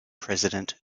president